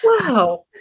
Wow